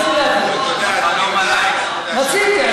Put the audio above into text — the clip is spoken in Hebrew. בחלום הלילה, רציתי.